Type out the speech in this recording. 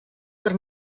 per